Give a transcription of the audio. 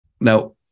Now